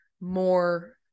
more